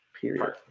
Period